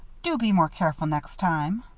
do be more careful next time.